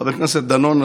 חבר הכנסת דנון,